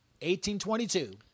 18.22